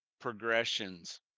progressions